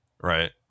right